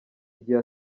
igihe